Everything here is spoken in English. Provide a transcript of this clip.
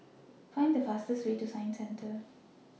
Find The fastest Way to Science Centre